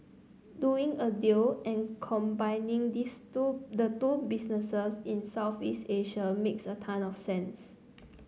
doing a deal and combining these two the two businesses in Southeast Asia makes a ton of sense